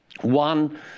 One